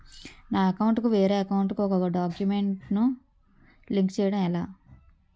నా అకౌంట్ కు వేరే అకౌంట్ ఒక గడాక్యుమెంట్స్ ను లింక్ చేయడం ఎలా?